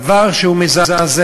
דבר שהוא מזעזע,